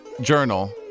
journal